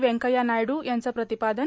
व्यंकय्या नायडू यांचं प्रतिपादन